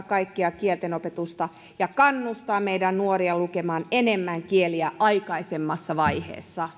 kaikkea kieltenopetusta ja kannustaa meidän nuoriamme lukemaan enemmän kieliä aikaisemmassa vaiheessa